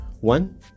one